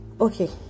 Okay